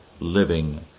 living